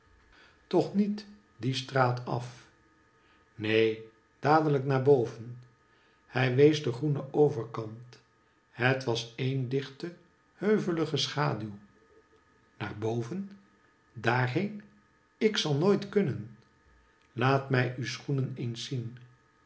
toch niet die straat af neen dadelijk naar boven hij wees de groene overkant het was een dichte heuvelige schadiiw naar boven daar heen ik zal nooit kunnen laat mij uw schoenen